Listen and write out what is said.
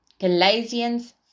Galatians